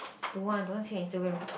don't want don't want see your Instagram